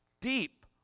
deep